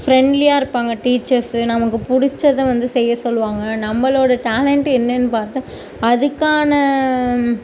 ஃபரெண்ட்லியாக இருப்பாங்க டீச்சர்ஸு நமக்கு பிடிச்சத வந்து செய்யச் சொல்வாங்க நம்மளோடய டேலன்ட் என்னென்னு பார்த்து அதுக்கான